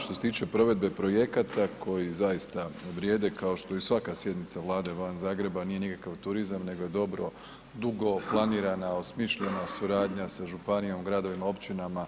Što se tiče provedbe projekata koji zaista vrijede kao što i svaka sjednica Vlade van Zagreba nije nikakav turizam nego je dobro, dugo planirana, osmišljena suradnja sa županijom, gradovima, općinama